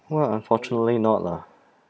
well unfortunately not lah